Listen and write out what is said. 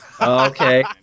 Okay